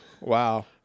Wow